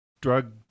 drug